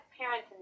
parents